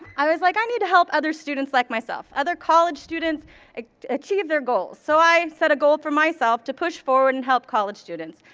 i was like, i need to help other students like myself, other college students achieve their goals. so i set a goal for myself to push forward and help college students,